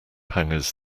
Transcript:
hangers